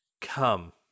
Come